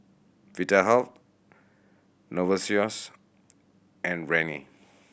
Vitahealth Novosource and Rene